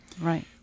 Right